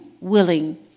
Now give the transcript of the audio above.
willing